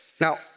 Now